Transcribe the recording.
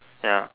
ya